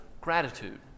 gratitude